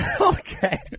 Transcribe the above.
Okay